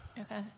Okay